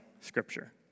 Scripture